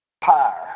pyre